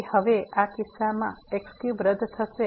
તેથી હવે આ કિસ્સામાં આ x3 રદ થશે